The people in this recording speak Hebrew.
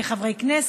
כחברי כנסת,